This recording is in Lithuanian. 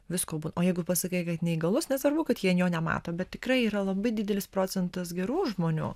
visko bu o jeigu pasakai kad neįgalus nesvarbu kad jie ant jo nemato bet tikrai yra labai didelis procentas gerų žmonių